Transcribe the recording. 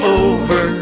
over